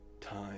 time